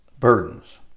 burdens